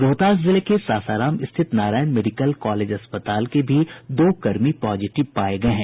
रोहतास जिले के सासाराम स्थित नारायण मेडिकल कॉलेज अस्पताल के भी दो कर्मी पॉजिटिव पाये गये हैं